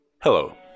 Hello